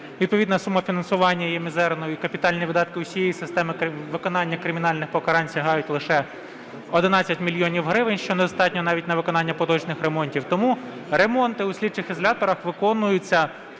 відповідна сума фінансування є мізерною і капітальні видатки усієї системи виконання кримінальних покарань сягають лише 11 мільйонів гривень, що недостатньо навіть на виконання поточних ремонтів, тому ремонти у слідчих ізоляторах виконуються